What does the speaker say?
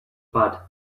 but